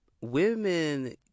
women